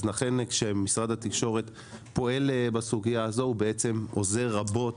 לכן כשמשרד התקשורת פועל בסוגיה הזאת הוא בעצם עוזר רבות